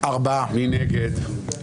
מי נגד?